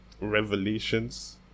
revelations